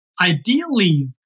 ideally